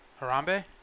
Harambe